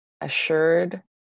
assured